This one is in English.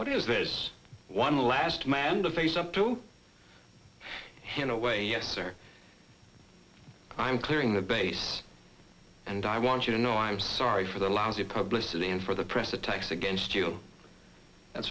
what is this one last man to face up to hand away yes or no i'm clearing the base and i want you to know i'm sorry for the lousy publicist and for the press attacks against you and